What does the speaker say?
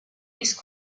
east